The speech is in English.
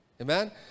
amen